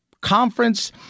conference